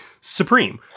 Supreme